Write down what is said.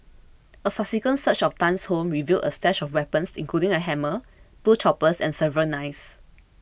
a subsequent search of Tan's home revealed a stash of weapons including a hammer two choppers and several knives